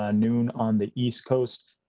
ah noon on the east coast.